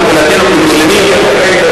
לפחות מבחינתנו, כמוסלמים.